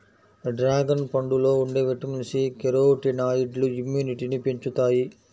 dragon పండులో ఉండే vitamin C, కెరోటినాయిడ్లు ఇమ్యునిటీని పెంచుతాయి